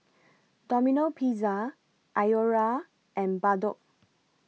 Domino Pizza Iora and Bardot